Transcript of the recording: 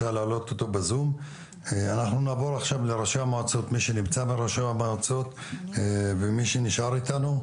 אנחנו נעבור עכשיו לראשי המועצות מי שנמצא ומי שנשאר איתנו.